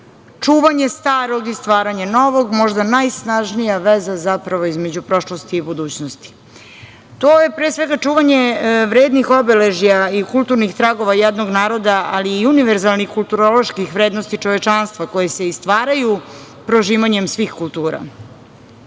čuvanje starog i stvaranje novog, možda najsnažnija veza zapravo je između prošlosti i budućnosti. To je, pre svega, čuvanje vrednih obeležja i kulturnih tragova jednog naroda, ali i univerzalnih kulturoloških vrednosti čovečanstva koje se i stvaraju prožimanjem svih kultura. Zato